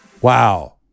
Wow